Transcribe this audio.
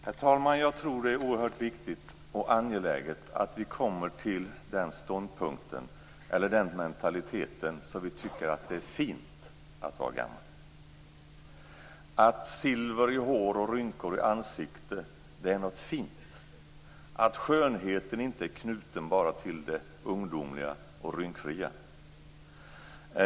Herr talman! Jag tror att det är oerhört viktigt och angeläget att vi kommer till den ståndpunkten eller den mentaliteten att vi tycker att det är fint att vara gammal, att silver i hår och rynkor i ansikte är något fint och att skönheten inte är knuten bara till det ungdomliga och rynkfria.